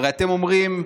הרי אתם אומרים,